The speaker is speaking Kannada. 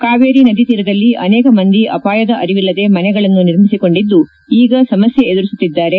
ಕಾವೇರಿ ನದಿ ತೀರದಲ್ಲಿ ಅನೇಕ ಮಂದಿ ಅಪಾಯದ ಅರಿವಿಲ್ಲದೇ ಮನೆಗಳನ್ನು ನಿರ್ಮಿಸಿಕೊಂಡಿದ್ದು ಈಗ ಸಮಸ್ಥೆ ಎದುರಿಸುತ್ತಿದ್ದಾರೆ